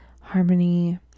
harmony